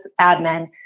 admin